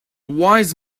wise